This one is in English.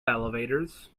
elevators